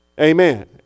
Amen